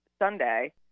Sunday